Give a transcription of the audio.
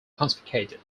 confiscated